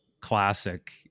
classic